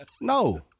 No